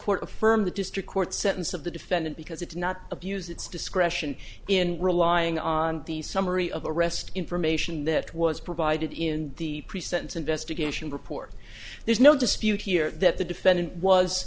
affirmed the district court sentence of the defendant because it's not abused its discretion in relying on the summary of the arrest information that was provided in the pre sentence investigation report there's no dispute here that the defendant was